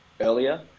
earlier